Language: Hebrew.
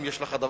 אם יש לך כזו.